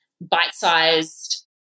bite-sized